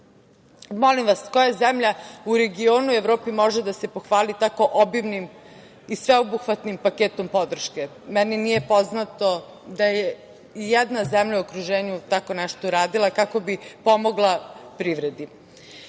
krizu. Molim vas, koja zemlja u regionu i Evropi može da se pohvali tako obimnim i sveobuhvatnim paketom podrške, meni nije poznato da je jedna zemlja u okruženju tako nešto radila kako bi pomogla privredi. Takođe,